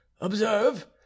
observe